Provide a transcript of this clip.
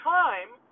time